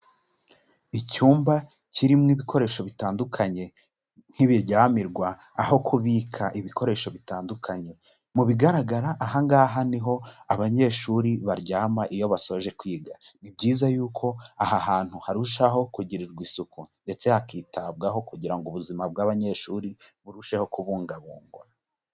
Icyumba kirimo ibikoresho bitandukanye. Nk'ibiryamirwa, aho kubika ibikoresho bitandukanye. Mu bigaragara aha ngaha niho abanyeshuri baryama iyo basoje kwiga. Ni byiza yuko aha hantu harushaho kugirirwa isuku ndetse hakitabwaho kugira ngo ubuzima bw'abanyeshuri burusheho kubungabungwa.